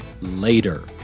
later